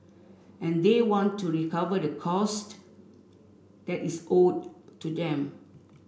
and they want to recover the cost that is owed to them